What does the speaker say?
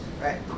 right